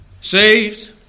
Saved